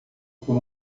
por